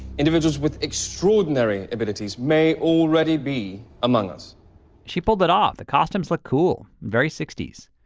individuals with extraordinary abilities may already be among us she pulled it off the costumes looked cool. very sixties.